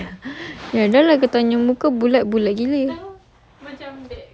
ya lah kau muka bulat bulat gila